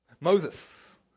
Moses